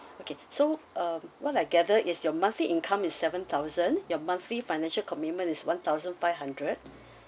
okay so um what I gather is your monthly income is seven thousand your monthly financial commitment is one thousand five hundred